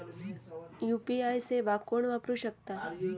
UPI सेवा कोण वापरू शकता?